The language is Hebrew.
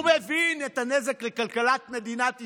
הוא מבין את הנזק לכלכלת מדינת ישראל.